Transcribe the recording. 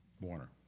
Warner